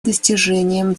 достижением